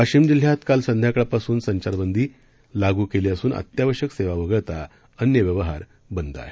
वाशीम जिल्ह्यात काल संध्याकाळपासून संचारबंदी लागू केली असून अत्यावश्यक सेवा वगळता अन्य व्यवहार बंद आहेत